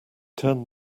turned